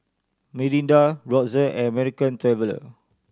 Mirinda Brotzeit and American Traveller